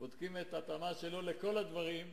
בודקים את ההתאמה של אדם לכל הדברים,